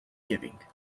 giving